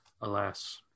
alas